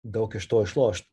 daug iš to išlošt